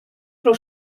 pro